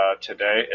today